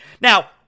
Now